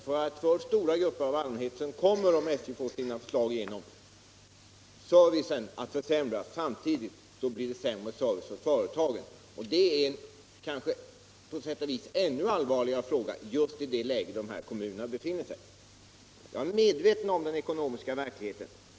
För stora grupper av allmänheten kommer servicen att försämras om SJ:s förslag genomförs. Samtidigt försämras också servicen för företagen. Det är kanske en ännu allvarligare fråga med tanke på det läge i vilket dessa kommuner Nr 29 befinner sig. Torsdagen den Jag är medveten om den ekonomiska verkligheten.